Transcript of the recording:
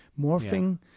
morphing